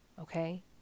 Okay